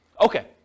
Okay